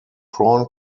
prawn